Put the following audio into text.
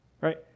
Right